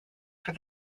for